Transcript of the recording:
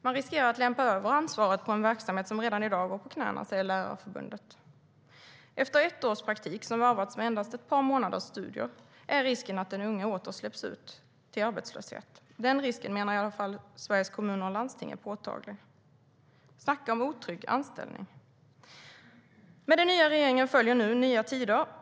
Man riskerar att lämpa över ansvaret på en verksamhet som redan i dag går på knäna, säger Lärarförbundet. Efter ett års praktik som varvats med endast ett par månaders studier är risken att den unge åter släpps ut till arbetslöshet. Den risken menar i alla fall Sveriges Kommuner och Landsting är påtaglig. Snacka om otrygg anställning! Med den nya regeringen följer nu nya tider.